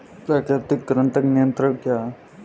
प्राकृतिक कृंतक नियंत्रण क्या है?